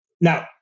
now